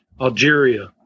Algeria